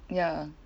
ya